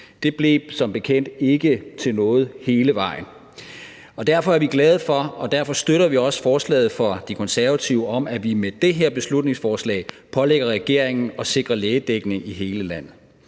Det blev som bekendt ikke til noget hele vejen, og derfor er vi glade for og derfor støtter vi også forslaget fra De Konservative om, at vi med det her beslutningsforslag pålægger regeringen at sikre lægedækning i hele landet.